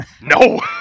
No